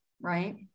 right